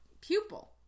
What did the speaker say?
pupil